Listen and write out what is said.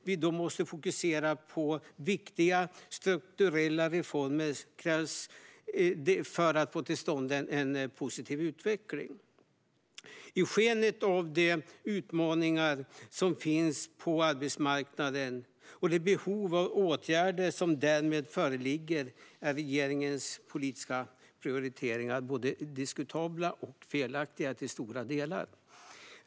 Vi måste fokusera på viktiga strukturella reformer som krävs för att få till stånd en positiv utveckling. I skenet av de utmaningar som finns på arbetsmarknaden och det behov av åtgärder som därmed föreligger är regeringens politiska prioriteringar till stora delar både diskutabla och felaktiga.